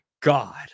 god